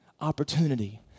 Opportunity